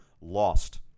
lost